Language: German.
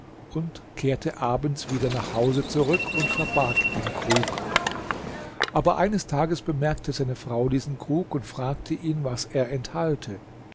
und kehrte abends wieder nach hause zurück und verbarg den krug aber eines tages bemerkte seine frau diesen krug und fragte ihn was er enthalte